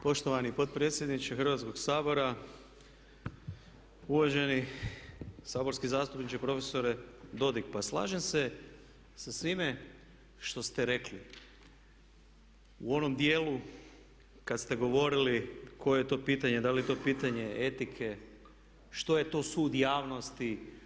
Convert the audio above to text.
Poštovani potpredsjedniče Hrvatskog sabora, uvaženi saborski zastupniče prof. Dodig pa slažem se sa svime što ste rekli u onom dijelu kad ste govorili koje je to pitanje, da li je to pitanje etike, što je to sud javnosti?